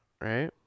Right